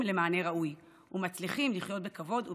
למענה ראוי ומצליחים לחיות בכבוד וברווחה.